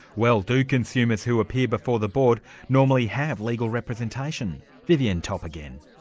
well do consumers who appear before the board normally have legal representation? vivienne topp again.